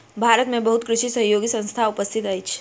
भारत में बहुत कृषि सहयोगी संस्थान उपस्थित अछि